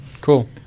cool